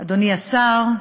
אדוני השר,